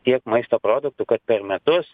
tiek maisto produktų kad per metus